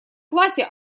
платья